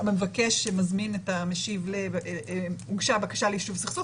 שמבקש ומזמין את המשיב: הוגשה בקשה ליישוב סכסוך